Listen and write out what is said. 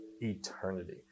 eternity